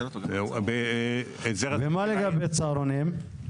מה לגבי צהרונים?